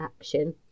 action